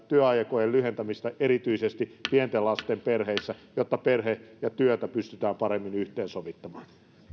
työaikojen lyhentämistä erityisesti pienten lasten perheissä jotta perhe ja työ pystytään paremmin yhteensovittamaan